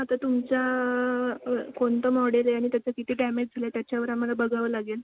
आता तुमच्या कोणतं मॉडेल आहे आणि त्याचं किती डॅमेज झालं आहे त्याच्यावर आम्हाला बघावं लागेल